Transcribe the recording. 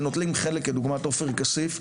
כדוגמת עופר כסיף,